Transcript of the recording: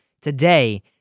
today